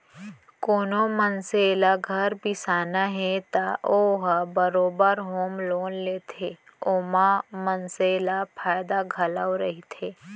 कोनो मनसे ल घर बिसाना हे त ओ ह बरोबर होम लोन लेथे ओमा मनसे ल फायदा घलौ रहिथे